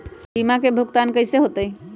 बीमा के भुगतान कैसे होतइ?